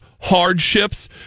hardships